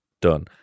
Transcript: done